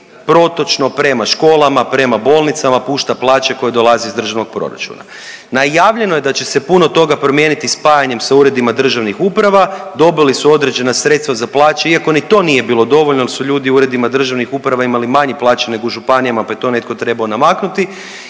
protočno prema školama, prema bolnicama pušta plaće koje dolaze iz državnog proračuna. Najavljeno je da će se puno toga promijeniti spajanjem sa uredima državnih uprava, dobili su određena sredstva za plaće iako ni to nije bilo dovoljno jer su ljudi u uredima državnih uprava imali manje plaće nego u županijama pa je to netko trebao namaknuti